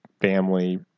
family